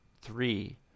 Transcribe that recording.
three